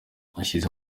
ushyize